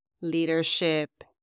leadership